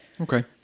Okay